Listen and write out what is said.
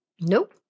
Nope